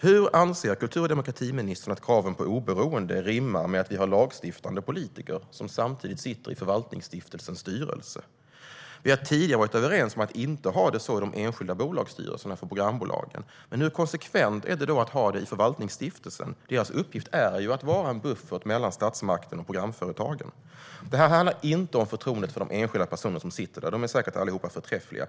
Hur anser kultur och demokratiministern att kraven på oberoende rimmar med att vi har lagstiftande politiker som sitter i Förvaltningsstiftelsens styrelse? Vi har tidigare varit överens om att inte ha det så i de enskilda bolagsstyrelserna för programbolagen. Hur konsekvent är det då att ha det så i Förvaltningsstiftelsen? Stiftelsens uppgift är ju att vara en buffert mellan statsmakten och programföretagen. Det handlar inte om förtroendet för de enskilda personer som sitter där - de är säkert allihop förträffliga.